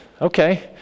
okay